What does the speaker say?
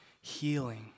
healing